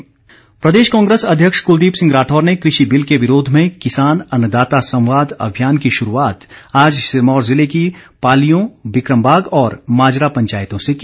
राठौर प्रदेश कांग्रेस अध्यक्ष कुलदीप सिंह राठौर ने कृषि बिल के विरोध में किसान अन्न दाता संवाद अभियान की शुरूआत आज सिरमौर जिले की पालियों बिक्रमबाग और माजरा पंचायतों से की